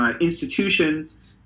institutions